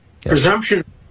Presumption